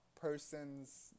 person's